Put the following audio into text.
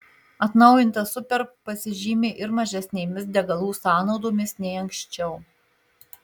atnaujintas superb pasižymi ir mažesnėmis degalų sąnaudomis nei anksčiau